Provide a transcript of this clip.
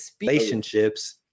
relationships